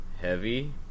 heavy